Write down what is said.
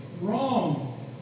wrong